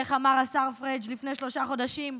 איך אמר השר פריג' לפני שלושה חודשים?